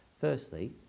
Firstly